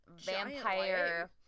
vampire